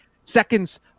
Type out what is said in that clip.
seconds